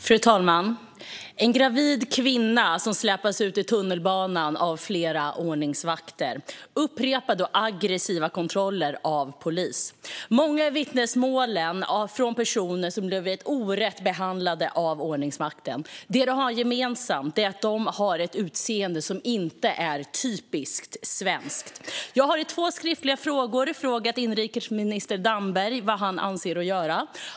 Fru talman! En gravid kvinna släpas ut ur tunnelbanan av flera ordningsvakter. Det är upprepade och aggressiva kontroller av polis. Många är vittnesmålen från personer som blivit orätt behandlade av ordningsmakten. Det de har gemensamt är att de har ett utseende som inte är "typiskt svenskt". Jag har i två skriftliga frågor frågat inrikesminister Damberg vad han avser att göra.